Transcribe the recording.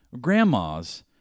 grandmas